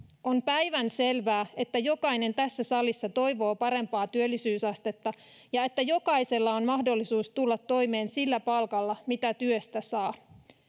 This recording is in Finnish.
on päivänselvää että jokainen tässä salissa toivoo parempaa työllisyysastetta ja että jokaisella on mahdollisuus tulla toimeen sillä palkalla mitä työstä saa